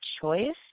choice